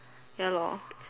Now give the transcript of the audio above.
ya lor